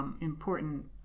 important